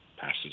passes